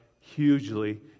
hugely